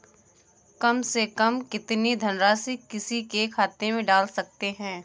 कम से कम कितनी धनराशि किसी के खाते में डाल सकते हैं?